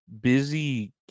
busy